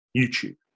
YouTube